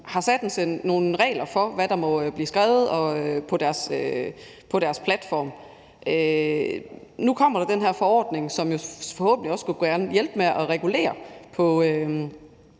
har fastsat nogle regler for, hvad der må blive skrevet på deres platform. Nu kommer den her forordning, som forhåbentlig kommer til at hjælpe med at regulere de